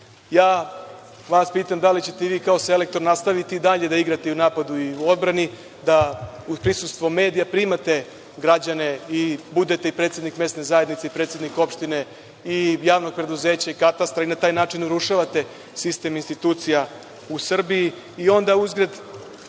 vas - da li ćete vi kao selektor nastaviti i dalje da igrate i u napadu i u odbrani, da uz prisustvo medija primate građane i budete predsednik i mesne zajednice i predsednik opštine i javnog preduzeća i katastra i na taj način urušavate sistem institucija u Srbiji i onda, uzgred,